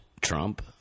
Trump